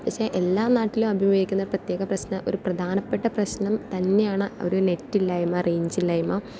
പക്ഷെ എല്ലാ നാട്ടിലും അഭിമുഖീകരിക്കുന്ന പ്രത്യേക പ്രശ്നം ഒരു പ്രധാനപ്പെട്ട പ്രശ്നം തന്നെയാണ് ഒരു നെറ്റില്ലായ്മ റേഞ്ചില്ലായ്മ